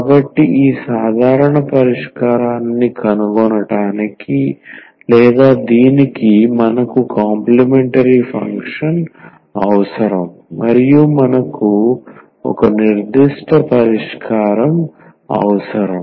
కాబట్టి ఈ సాధారణ పరిష్కారాన్ని కనుగొనటానికి లేదా దీనికి మనకు కాంప్లీమెంటరీ ఫంక్షన్ అవసరం మరియు మనకు ఒక నిర్దిష్ట పరిష్కారం అవసరం